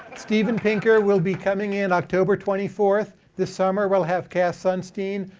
steven pinker will be coming in october twenty fourth. this summer, we'll have cass sunstein,